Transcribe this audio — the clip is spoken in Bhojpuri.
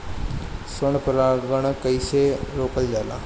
स्व परागण कइसे रोकल जाला?